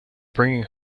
bringing